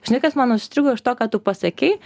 žinai kas man užstrigo iš to ką tu pasakei